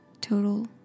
Total